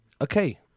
Okay